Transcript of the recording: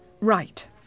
Right